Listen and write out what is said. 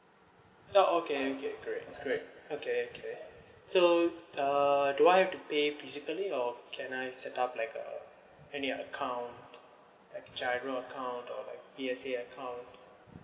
oh okay okay great great okay okay so uh do I have to pay physically or can I set up like uh any account like giro account or like P_S_E_A account